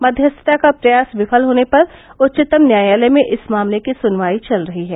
मध्यस्थता का प्रयास विफल होने पर उच्चतम न्यायालय में इस मामले की सुनवाई चल रही है